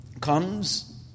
comes